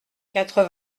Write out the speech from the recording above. quatre